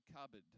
cupboard